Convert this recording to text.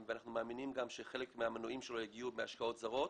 אנחנו מאמינים גם שחלק מהמנועים שלו יגיעו מהשקעות זרות.